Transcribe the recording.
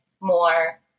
more